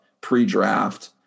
pre-draft